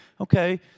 okay